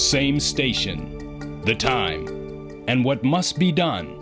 same station the time and what must be done